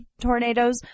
tornadoes